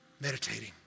meditating